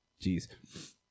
Jeez